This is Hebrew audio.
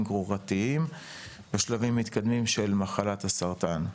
גרורתיים בשלבים מתקדמים של מחלת הסרטן.